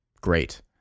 great